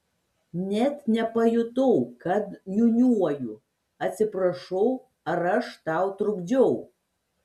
net nepajutau kad niūniuoju atsiprašau ar aš tau trukdžiau